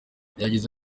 yagize